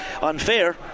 unfair